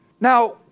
Now